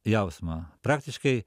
jausmą praktiškai